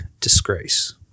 disgrace